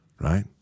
right